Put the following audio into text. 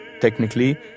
technically